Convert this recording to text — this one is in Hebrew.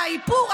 האיפור,